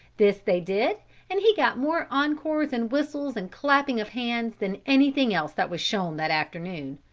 this they did and he got more encores and whistles and clapping of hands than anything else that was shown that afternoon,